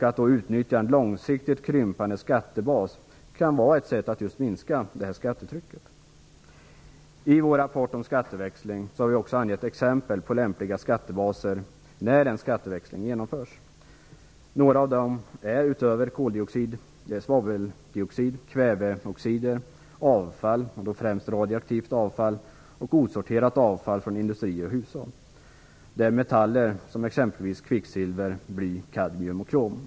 Att utnyttja en långsiktigt krympande skattebas kan vara ett sätt att minska skattetrycket. I vår rapport om skatteväxling har vi också angett lämpliga skattebaser när en skatteväxling genomförs. Några av dem är, utöver koldioxid, svaveldioxid, kväveoxider, avfall, främst radioaktivt avfall och osorterat avfall från industrier och hushåll, metaller som kvicksilver, bly, kadmium och krom.